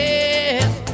Yes